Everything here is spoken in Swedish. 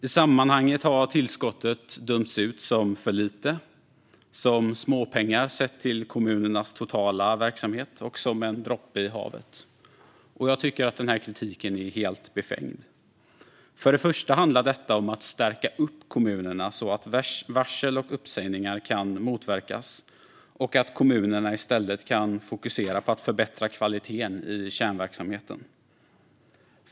I sammanhanget har tillskottet dömts ut som för litet, småpengar sett till kommunernas totala verksamhet och som en droppe i havet. Jag tycker den kritiken är helt befängd. För det första handlar detta om att stärka upp kommunerna så att varsel och uppsägningar kan motverkas och att kommunerna i stället kan fokusera på att förbättra kvaliteten i kärnverksamheten.